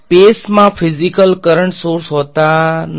સ્પેસમાં physically current source હોતા નથી